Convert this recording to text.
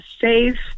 safe